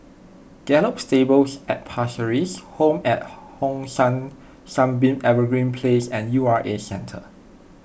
Gallop Stables at Pasir Ris Home at Hong San Sunbeam Evergreen Place and U R A Centre